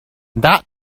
that